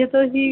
यतोहि